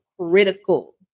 critical